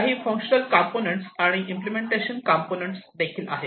काही functional components आणि implementation component आहेत